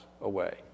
away